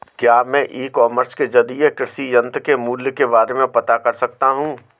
क्या मैं e commerce के ज़रिए कृषि यंत्र के मूल्य के बारे में पता कर सकता हूँ?